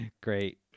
Great